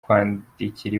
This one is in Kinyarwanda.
kwandikira